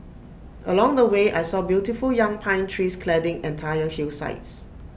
along the way I saw beautiful young pine trees cladding entire hillsides